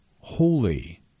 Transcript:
holy